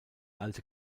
alte